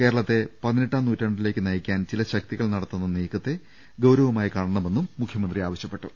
കേരളത്തെ പതിനെട്ടാം നൂറ്റാണ്ടിലേക്ക് നയിക്കാൻ ചില ശക്തികൾ നടത്തുന്ന നീക്കത്തെ ഗൌരവമായി കാണണമെന്നും മൂഖ്യമന്ത്രി ആവശ്യപ്പെ ട്ടു